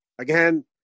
Again